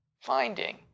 finding